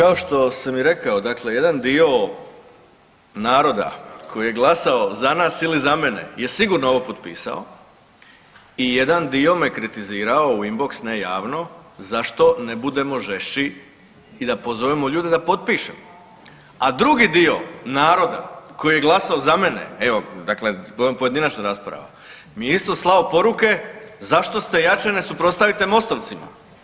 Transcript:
Kao što sam i rekao, dakle jedan dio naroda koji je glasao za nas ili za mene je sigurno ovo potpisao i jedan dio me kritizirao u inbox, ne javno, zašto ne budemo žešći i da pozovemo ljude da potpišemo, a drugi dio naroda koji je glasao za mene, evo dakle govorim pojedinačna rasprava mi je isto slao poruke zašto se jače ne suprotstavite Mostovcima.